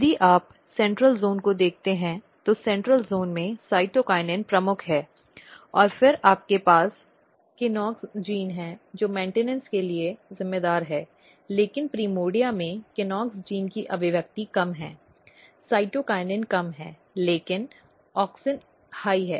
यदि आप केंद्रीय क्षेत्र को देखते हैं तो केंद्रीय क्षेत्र में साइटोकिनिन प्रमुख है और फिर आपके पास KNOX जीन है जो मेन्टिनॅन्स के लिए जिम्मेदार है लेकिन प्रिमॉर्डिया में KNOX जीन की अभिव्यक्ति कम है साइटोकिनिन कम है लेकिन ऑक्सिन उच्च है